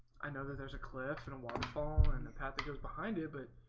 i know that there's a cliff and a waterfall and the path that goes behind it but